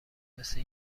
مثه